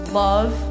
love